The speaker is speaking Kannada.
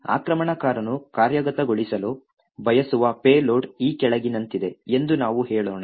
ಆಕ್ರಮಣಕಾರನು ಕಾರ್ಯಗತಗೊಳಿಸಲು ಬಯಸುವ ಪೇಲೋಡ್ ಈ ಕೆಳಗಿನಂತಿದೆ ಎಂದು ನಾವು ಹೇಳೋಣ